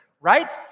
right